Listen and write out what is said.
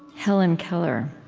helen keller,